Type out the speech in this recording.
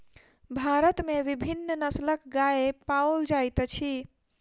भारत में विभिन्न नस्लक गाय पाओल जाइत अछि